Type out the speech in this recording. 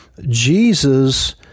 Jesus